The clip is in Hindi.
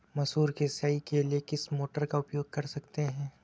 मसूर की सिंचाई के लिए किस मोटर का उपयोग कर सकते हैं?